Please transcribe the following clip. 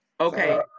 okay